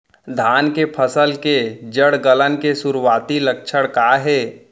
धान के फसल के जड़ गलन के शुरुआती लक्षण का हे?